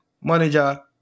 Manager